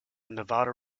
nevada